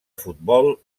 futbol